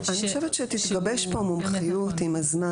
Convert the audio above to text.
אני חושבת שתתגבש פה מומחיות עם הזמן.